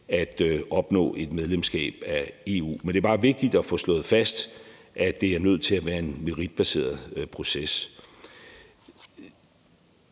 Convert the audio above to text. at opnå et medlemskab af EU. Men det er bare vigtigt at få slået fast, at det er nødt til at være en meritbaseret proces.